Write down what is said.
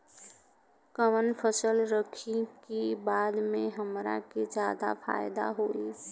कवन फसल रखी कि बाद में हमरा के ज्यादा फायदा होयी?